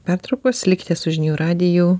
pertraukos likite su žinių radiju